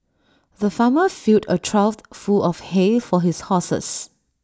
the farmer filled A trough full of hay for his horses